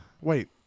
Wait